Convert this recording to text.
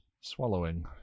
Swallowing